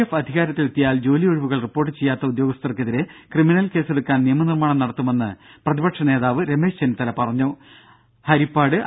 F അധികാരത്തിലെത്തിയാൽ ജോലി ഒഴിവുകൾ റിപ്പോർട്ട് ചെയ്യാത്ത ഉദ്യോഗസ്ഥർക്കെതിരെ ക്രിമിനൽ കേസെടുക്കാൻ നിയമനിർമാണം നടത്തുമെന്ന് പ്രതിപക്ഷ നേതാവ് രമേശ് ചെന്നിത്തല ഹരിപ്പാട് പറഞ്ഞു